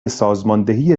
سازماندهی